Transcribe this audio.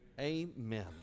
amen